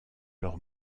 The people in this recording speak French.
leurs